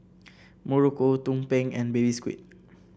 muruku tumpeng and Baby Squid